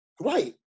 right